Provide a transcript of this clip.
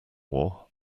war